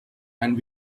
and